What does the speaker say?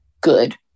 good